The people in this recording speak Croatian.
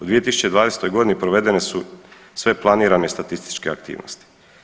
U 2020.g. provedene su sve planirane statističke aktivnosti.